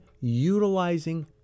utilizing